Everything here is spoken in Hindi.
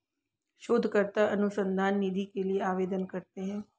शोधकर्ता अनुसंधान निधि के लिए आवेदन करते हैं